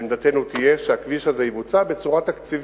ועמדתנו תהיה שהכביש הזה יבוצע בצורה תקציבית.